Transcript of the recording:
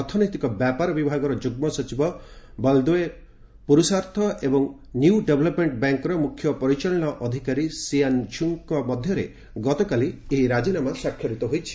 ଅର୍ଥନୈତିକ ବ୍ୟାପାର ବିଭାଗର ଯୁଗ୍ମ ସଚିବ ବଲଦେଓ୍ୱ ପୁରୁଷାର୍ଥ ଏବଂ ନ୍ୟୁ ଡେଭେଲପମେଣ୍ଟ ବ୍ୟାଙ୍କର ମୁଖ୍ୟ ପରିଚାଳନା ଅଧିକାରୀ ସିଆନ୍ ଝୁଙ୍କ ମଧ୍ୟରେ ଗତକାଲି ଏହି ରାଜିନାମା ସ୍ନାକ୍ଷରିତ ହୋଇଛି